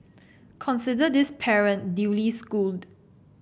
consider this parent duly schooled